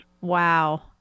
wow